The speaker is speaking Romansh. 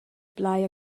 plai